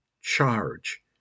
charge